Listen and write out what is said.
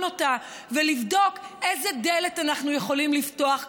אותה ולבדוק איזו דלת אנחנו יכולים לפתוח.